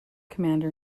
commander